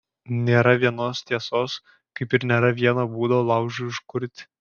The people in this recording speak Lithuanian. nėra vienos tiesos kaip ir nėra vieno būdo laužui užkurti